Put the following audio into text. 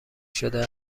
شده